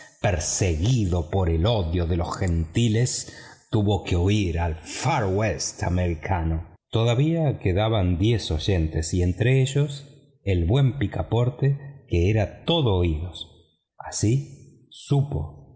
perseguido por el odio de los gentiles tuvo que huir al far west americano todavia quedaban diez oyentes y entre ellos el buen picaporte que era todo oídos así supo